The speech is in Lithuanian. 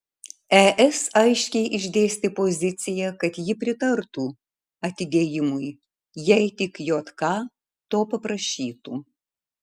es aiškiai išdėstė poziciją kad ji pritartų atidėjimui jei tik jk to paprašytų